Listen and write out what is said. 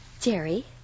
Jerry